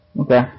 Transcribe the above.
Okay